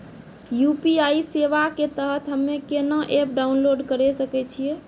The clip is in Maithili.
यु.पी.आई सेवा के तहत हम्मे केना एप्प डाउनलोड करे सकय छियै?